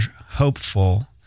hopeful